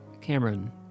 Cameron